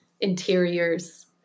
interiors